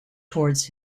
towards